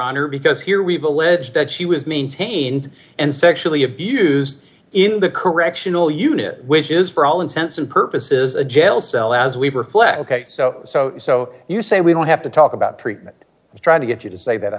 honor because here we have alleged that she was maintained and sexually abused in the correctional unit which is for all intents and purposes a jail cell as we reflect ok so so so you say we don't have to talk about treatment trying to get you to say that i